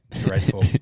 Dreadful